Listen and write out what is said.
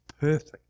perfect